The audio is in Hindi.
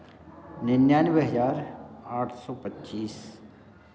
निन्यानबे हज़ार आठ सौ पच्चीस